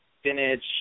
spinach